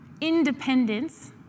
Independence